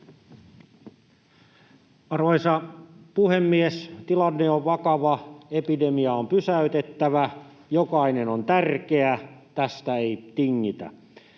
Arvoisa puhemies! Tilanne on vakava. Epidemia on pysäytettävä. Jokainen on tärkeä. Tästä ei tingitä.